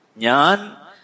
Nyan